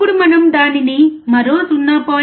ఇప్పుడు మనం దానిని మరో 0